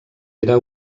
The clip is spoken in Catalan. era